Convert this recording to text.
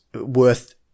worth